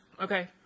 Okay